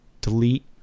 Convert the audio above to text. delete